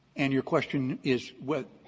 and your question is what?